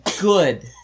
good